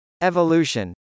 Evolution